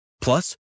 Plus